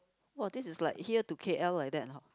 !wah! this is like here to K_L like that [huh]